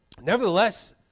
Nevertheless